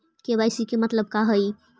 KYC के मतलब का हई?